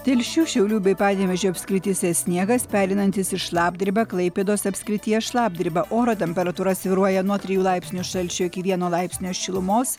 telšių šiaulių bei panevėžio apskrityse sniegas pereinantis į šlapdribą klaipėdos apskrityje šlapdriba oro temperatūra svyruoja nuo trijų laipsnių šalčio iki vieno laipsnio šilumos